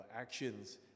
actions